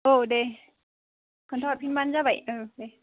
औ दे खोन्था हरफिनब्लानो जाबाय दे